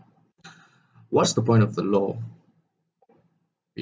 what's the point of the law